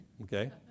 okay